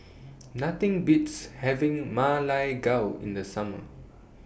Nothing Beats having Ma Lai Gao in The Summer